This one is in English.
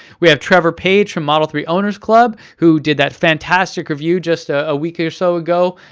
we have trevor page from model three owners club, who did that fantastic review just a ah week or so ago.